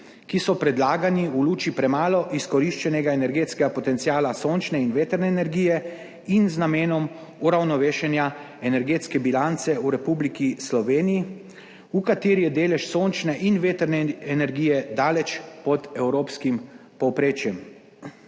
ki so predlagani v luči premalo izkoriščenega energetskega potenciala sončne in vetrne energije in z namenom uravnovešenja energetske bilance v Republiki Sloveniji, v kateri je delež sončne in vetrne energije daleč pod evropskim povprečjem.